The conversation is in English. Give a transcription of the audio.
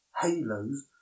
halos